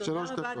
תודה רבה,